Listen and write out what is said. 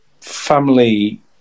family